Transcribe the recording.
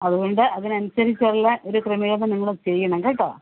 അതുകൊണ്ട് അതിന് അനുസരിച്ചുള്ള ഒരു ക്രമീകരണം നിങ്ങൾ ചെയ്യണം കേട്ടോ